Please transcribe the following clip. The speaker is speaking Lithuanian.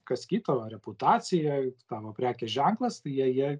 kas kita o reputacija tavo prekės ženklas tai jie jie